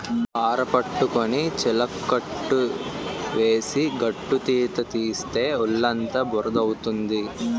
పార పట్టుకొని చిలకట్టు వేసి గట్టుతీత తీస్తే ఒళ్ళుఅంతా బురద అవుతుంది